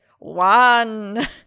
One